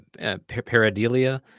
paradelia